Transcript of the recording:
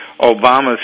Obama's